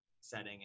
setting